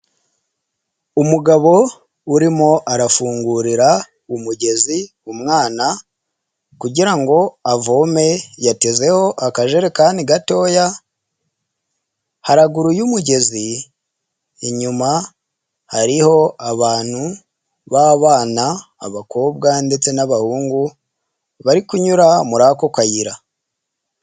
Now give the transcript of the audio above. Umugabo urimo arafungurira umugezi umwana kugirango avome, yatezeho akajerekani gatoya, haraguru y'umugezi, inyuma hariho abantu b'abana; abakobwa ndetse n'abahungu, bari kunyura muri ako kayira.